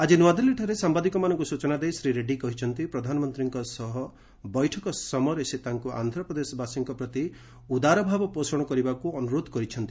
ଆଜି ନ୍ନଆଦିଲ୍ଲୀଠାରେ ସାମ୍ବାଦିକମାନଙ୍କୁ ସୂଚନା ଦେଇ ଶ୍ରୀ ରେଡ୍ରୀ କହିଛନ୍ତି ପ୍ରଧାନମନ୍ତ୍ରୀଙ୍କ ସହ ବୈଠକ ସମୟରେ ସେ ତାଙ୍କୁ ଆନ୍ଧ୍ରପ୍ରଦେଶବାସୀଙ୍କ ପ୍ରତି ଉଦାର ଭାବ ପୋଷଣ କରିବାକୃ ଅନ୍ଦରୋଧ କରିଛନ୍ତି